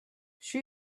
she